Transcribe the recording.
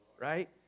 right